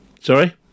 sorry